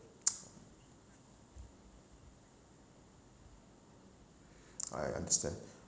I understand